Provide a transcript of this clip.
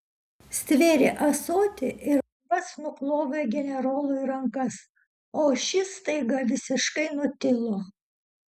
stvėrė ąsotį ir pats nuplovė generolui rankas o šis staiga visiškai nutilo